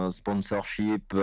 sponsorship